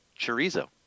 chorizo